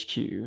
HQ